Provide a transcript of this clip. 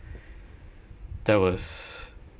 that was